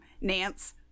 Nance